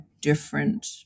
different